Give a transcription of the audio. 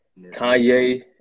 Kanye